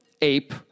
ape